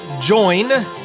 join